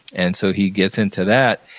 and so he gets into that,